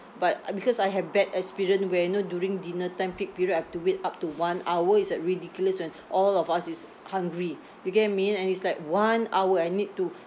but uh because I had bad experience where you know during dinner time peak period I've to wait up to one hour it's like ridiculous when all of us is hungry you get what I mean and it's like one hour I need to